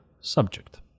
subject